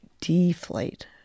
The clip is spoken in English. deflate